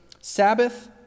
Sabbath